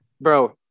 bro